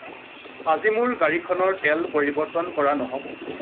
আজি মোৰ গাড়ীখনৰ তেল পৰিৱৰ্তন কৰা নহ'ব